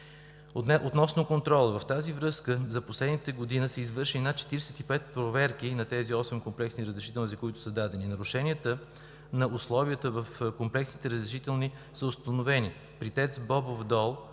Относно контрола. В тази връзка за последната година са извършени над 45 проверки на тези 8 комплексни разрешителни, които са дадени. Нарушение на условията в комплексните разрешителни са установени при проверките